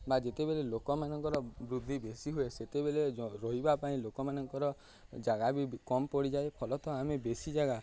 ବା ଯେତେବେଲେ ଲୋକମାନଙ୍କର ବୃଦ୍ଧି ବେଶୀ ହୁଏ ସେତେବେଲେ ରହିବା ପାଇଁ ଲୋକମାନଙ୍କର ଜାଗା ବି କମ ପଡ଼ିଯାଏ ଫଳତଃ ଆମେ ବେଶୀ ଜାଗା